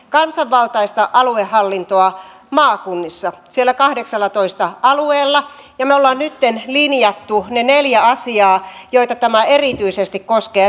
kansanvaltaista aluehallintoa maakunnissa siellä kahdeksallatoista alueella me olemme nytten linjanneet ne neljä asiaa joita tämä erityisesti koskee